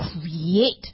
create